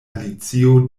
alicio